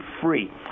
free